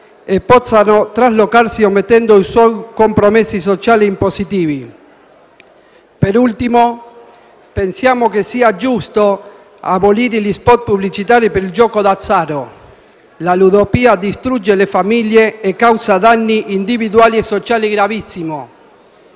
e possano delocalizzare omettendone compromessi sociali e impositivi. Per ultimo, pensiamo che sia giusto abolire gli *spot* pubblicitari per il gioco d'azzardo: la ludopatia distrugge le famiglie e cause danni individuali e sociali gravissimi.